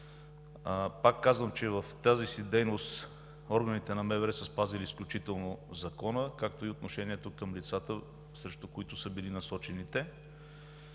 Пак казвам, че в тази си дейност органите на МВР са спазили изключително закона, както и отношението към лицата, срещу които са били насочени.